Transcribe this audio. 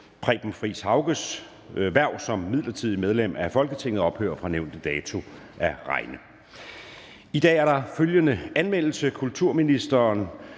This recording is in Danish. Preben Friis-Hauges (V) hverv som midlertidigt medlem af Folketinget ophører fra nævnte dato at regne. I dag er der følgende anmeldelse: Kulturministeren